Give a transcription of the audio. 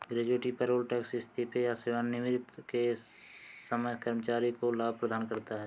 gratuity payroll tax इस्तीफे या सेवानिवृत्ति के समय कर्मचारी को लाभ प्रदान करता है